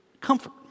comfort